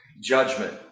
judgment